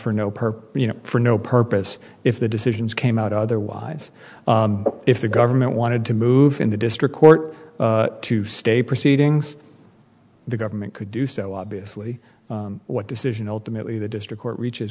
purpose you know for no purpose if the decisions came out otherwise if the government wanted to move into district court to stay proceedings the government could do so obviously what decision ultimately the district court reaches